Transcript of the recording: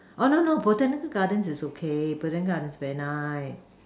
oh no no Botanical gardens is okay Botanical garden very nice